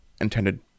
intended